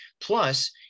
Plus